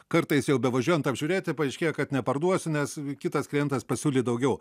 kartais jau bevažiuojant apžiūrėti paaiškėja kad neparduosiu nes kitas klientas pasiūlė daugiau